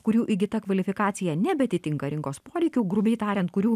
kurių įgyta kvalifikacija nebeatitinka rinkos poreikių grubiai tariant kurių